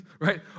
right